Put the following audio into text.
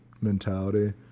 mentality